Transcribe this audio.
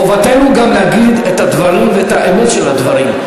חובתנו גם להגיד את הדברים ואת האמת של הדברים.